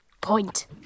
Point